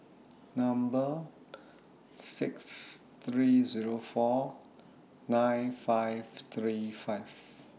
Number six three Zero four nine five three five